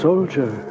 Soldier